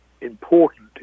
important